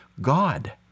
God